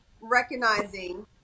recognizing